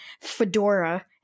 fedora